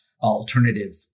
alternative